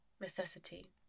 necessity